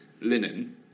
linen